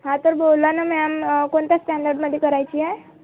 हां तर बोला ना मॅम कोणत्या स्टँडर्डमध्ये करायची आहे